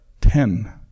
ten